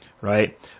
right